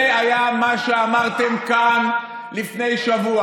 זה היה מה שאמרתם כאן לפני שבוע.